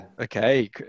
Okay